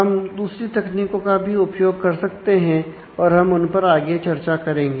हम दूसरी तकनीकों का भी उपयोग कर सकते हैं और हम उन पर आगे चर्चा करेंगे